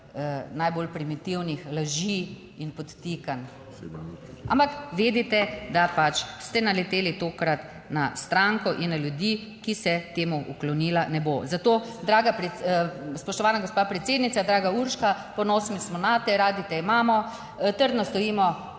najbolj primitivnih laži in podtikanj. Ampak vedite, da pač ste naleteli tokrat na stranko in na ljudi, ki se temu uklonila ne bo. Zato, draga spoštovana gospa predsednica, draga Urška, ponosni smo nate, radi te imamo, trdno stojimo